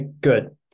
Good